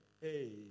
Hey